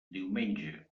diumenge